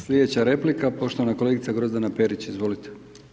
Slijedeća replika poštovana kolegica Grozdana Perić, izvolite.